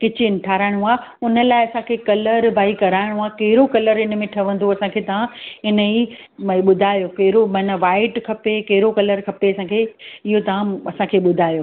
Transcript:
kitchen ठाराइणो आहे हुन लाइ असांखे कलर भाई कराइणो आहे कहिड़ो कलर हिन में ठहंदो असांखे तव्हां हिन ई भाई ॿुधायो कहिड़ो माना वाइट खपे कहिड़ो कलर खपे असांखे इहो तव्हां असांखे ॿुधायो